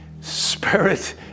spirit